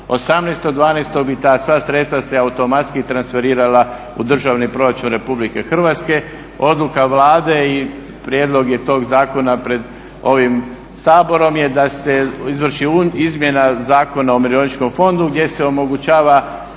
18.12.bi ta sva sredstva se automatski transferirala u državni proračun RH. Odluka Vlade i prijedlog je tog zakona, pred ovim Saborom da se izvrši izmjena Zakona o umirovljeničkom fondu gdje se omogućava